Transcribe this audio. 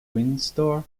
windsor